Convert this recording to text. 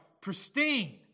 pristine